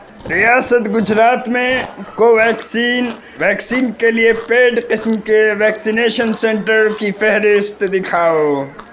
ریاست گجرات میں کو ویکسین ویکسین کے لیے پیڈ قسم کے ویکسینیشن سینٹر کی فہرست دکھاؤ